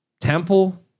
temple